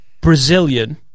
Brazilian